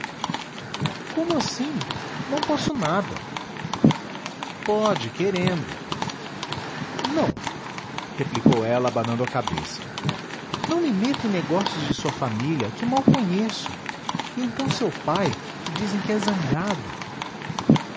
como assim não posso nada pode querendo não replicou ela abanando a cabeça não me meto em negócios de sua família que mal conheço e então seu pai que dizem que é zangado